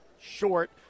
short